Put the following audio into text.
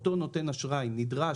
אותו נותן אשראי נדרש,